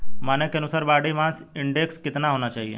मानक के अनुसार बॉडी मास इंडेक्स कितना होना चाहिए?